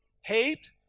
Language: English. hate